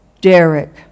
Derek